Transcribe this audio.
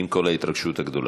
עם כל ההתרגשות הגדולה.